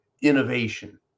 Innovation